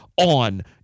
On